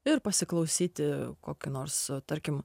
ir pasiklausyti kokį nors a tarkim